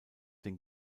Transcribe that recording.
den